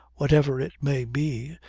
whatever it may be,